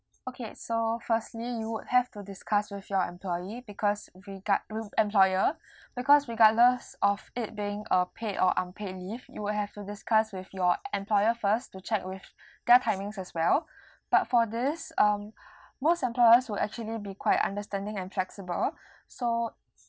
okay so firstly you would have to discuss with your employee because regard~ with employer because regardless of it being a paid or unpaid leave you would have to discuss with your employer first to check with their timings as well but for this um most employers will actually be quite understanding and flexible so